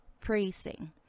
praising